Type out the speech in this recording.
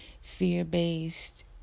fear-based